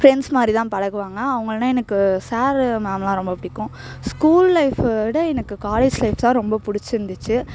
friends மாதிரிதான் பழகுவாங்க அவங்கள எனக்கு சாரு மேம்லாம் ரொம்ப பிடிக்கும் ஸ்கூல் லைஃபை விட எனக்கு காலேஜ் லைஃப்ஸ் தான் ரொம்ப பிடிச்சிருந்துச்சி